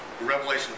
Revelation